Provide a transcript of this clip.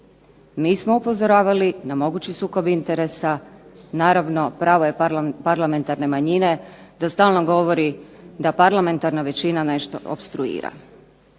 Mi smo upozoravali na mogući sukob interesa. Naravno, pravo je parlamentarne manjine da stalno govorim da parlamentarna većina nešto opstruira.